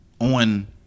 on